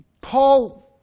Paul